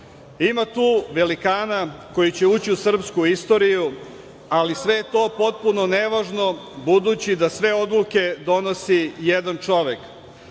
Ima tu velikana koji će ući u srpsku istoriju, ali sve je to potpuno nevažno budući da sve odluke donosi jedan